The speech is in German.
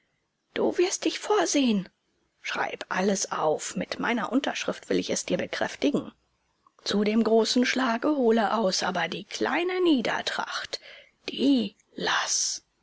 du wirst dich vorsehen schreibe alles auf mit meiner unterschrift will ich es dir bekräftigen zu dem großen schlage hole aus aber die kleine niedertracht die laß